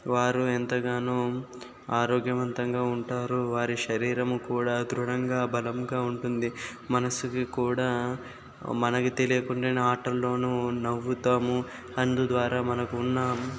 వారు ఎంతగానో ఆరోగ్యవంతంగా ఉంటారు వారి శరీరము కూడా దృఢంగా బలంగా ఉంటుంది మనస్సుకి కూడా మనకు తెలియకుండా ఆటల్లోనూ నవ్వుతాము అందు ద్వారా మనకు ఉన్నాము